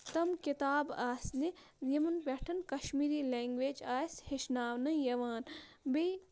تم کِتاب آسنہِ یِمَن پٮ۪ٹھ کَشمیٖری لینٛگویج آسہِ ہیٚچھناونہٕ یِوان بیٚیہِ